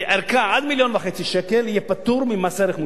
ערכה עד מיליון וחצי שקל, יהיה פטור ממס ערך מוסף.